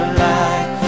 light